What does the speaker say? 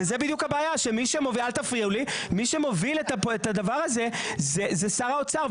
וזו בדיוק הבעיה: מי שמוביל את הדבר הזה הוא שר האוצר,